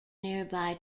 nearby